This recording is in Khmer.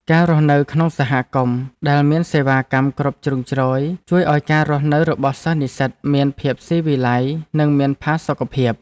ការរស់នៅក្នុងសហគមន៍ដែលមានសេវាកម្មគ្រប់ជ្រុងជ្រោយជួយឱ្យការរស់នៅរបស់និស្សិតមានភាពស៊ីវិល័យនិងមានផាសុកភាព។